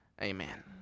Amen